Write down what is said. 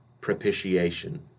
propitiation